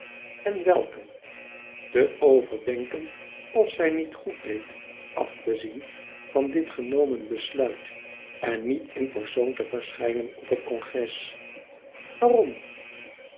en welke te overdenken of zij niet goed deed af te zien van dit genomen besluit en niet in persoon te verschijnen op het congres waarom